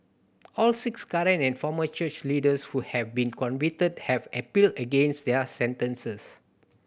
all six current and former church leaders who have been convicted have appealed against their sentences